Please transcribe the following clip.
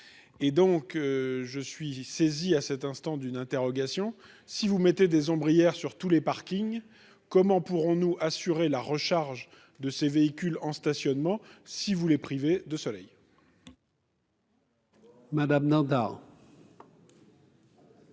et donc je suis saisi à cet instant d'une interrogation : si vous mettez des ombres hier sur tous les parkings, comment pourrons-nous assurer la recharge de ces véhicules en stationnement, si vous voulez, privé de soleil. Madame Nandor.